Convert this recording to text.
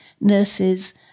nurses